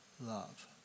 love